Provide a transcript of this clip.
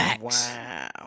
Wow